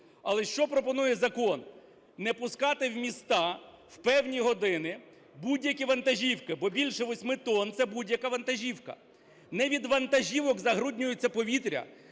Але що пропонує закон? Не пускати в міста в певні години будь-які вантажівки, бо більше 8 тон – це будь-яка вантажівка. Не від вантажівок забруднюється повітря,